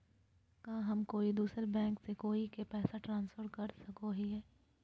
का हम कोई दूसर बैंक से कोई के पैसे ट्रांसफर कर सको हियै?